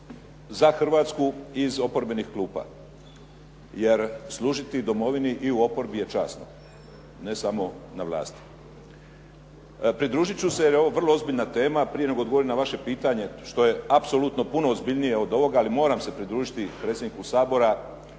za Hrvatsku iz oporbenih klupa, jer služiti domovini i u oporbi je čast, ne samo na vlasti. Pridružit ću se jer je ovo vrlo ozbiljna tema, prije nego odgovorim na vaše pitanje što je apsolutno puno ozbiljnije od ovog, ali moram se pridružiti predsjedniku Sabora